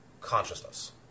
consciousness